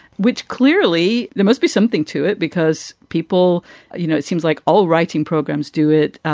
which clearly there must be something to it because people you know, it seems like all writing programs do it.